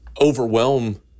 overwhelm